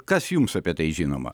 kas jums apie tai žinoma